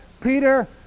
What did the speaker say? Peter